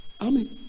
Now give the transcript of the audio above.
Amen